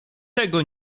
tego